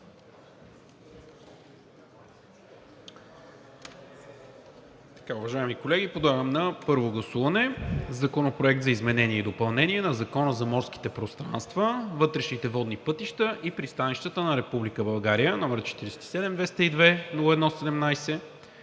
Уважаеми колеги, подлагам на първо гласуване Законопроект за изменение и допълнение на Закона за морските пространства, вътрешните водни пътища и пристанищата на Република